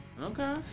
Okay